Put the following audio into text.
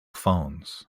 phones